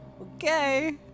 Okay